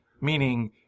meaning